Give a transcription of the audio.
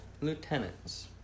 lieutenants